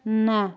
ନା